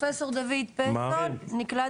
דוד פסטון נקלט